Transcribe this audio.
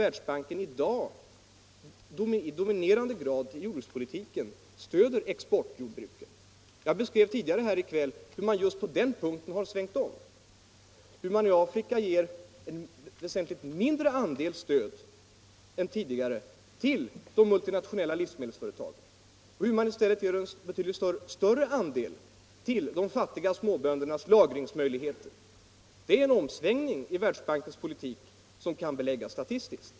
Världsbanken stöder inte i dag i dominerande grad exportjordbruken. Jag beskrev tidigare i kväll hur man just på den punkten har svängt om, hur man i Afrika ger en väsentligt mindre andel stöd än tidigare till de multinationella livsmedelsföretagen och hur man i stället ger en betydligt större andel till de fattiga småbönderna, t.ex. genom lagringsmöjligheter. Det är en omsvängning av Världsbankens politik som kan beläggas statistiskt.